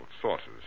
sources